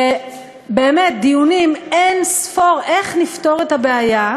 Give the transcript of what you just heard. ובאמת דיונים אין-ספור, איך נפתור את הבעיה.